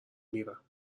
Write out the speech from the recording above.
میرم